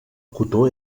cotó